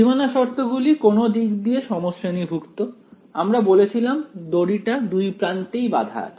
সীমানা শর্তগুলি কোনও দিক দিয়ে সমশ্রেণীভুক্ত আমরা বলেছিলাম দড়িটা দুই প্রান্তেই বাঁধা আছে